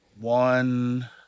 one